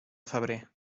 febrer